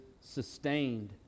sustained